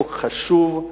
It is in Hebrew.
חוק חשוב,